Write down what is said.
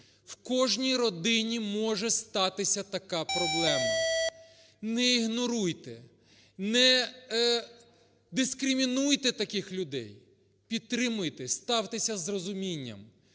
В кожній родині може статися така проблема. Не ігноруйте, не дискримінуйте таких людей, підтримуйте, ставтеся з розумінням.